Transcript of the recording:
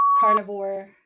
Carnivore